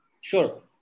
Sure